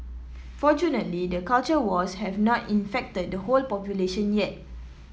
fortunately the culture wars have not infected the whole population yet